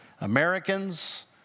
Americans